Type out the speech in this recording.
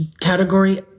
category